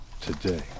today